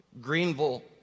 Greenville